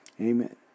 Amen